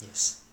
yes